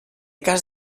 cas